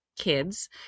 Kids